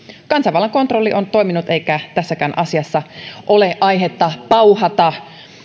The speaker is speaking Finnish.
kansanvallan kontrolli on toiminut eikä tässäkään asiassa ole aihetta pauhata